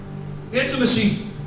Intimacy